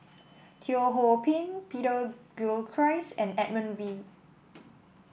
Teo Ho Pin Peter Gilchrist and Edmund Wee